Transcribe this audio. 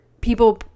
people